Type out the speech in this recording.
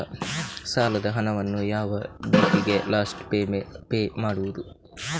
ಸಾಲದ ಹಣವನ್ನು ಯಾವ ಡೇಟಿಗೆ ಲಾಸ್ಟ್ ಪೇ ಮಾಡುವುದು?